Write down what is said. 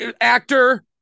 actor